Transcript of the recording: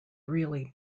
really